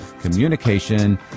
communication